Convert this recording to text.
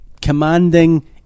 Commanding